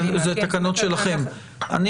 אלה תקנות שלכם,